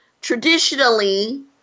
traditionally